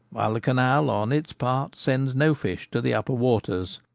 while the canal on its part sends no fish to the upper waters.